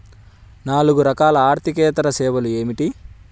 నాలుగు రకాల ఆర్థికేతర సేవలు ఏమిటీ?